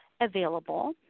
available